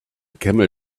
camel